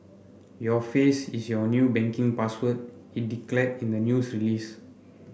your face is your new banking password it declared in the news release